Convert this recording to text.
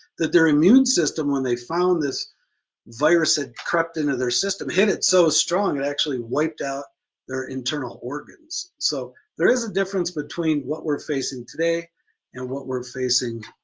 that their immune system when they found this virus had crept into their system and hit it so strong it actually wiped out their internal organs. so there is a difference between what we're facing today and what we're facing